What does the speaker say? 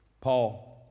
Paul